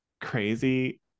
crazy